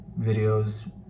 videos